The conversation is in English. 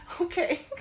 okay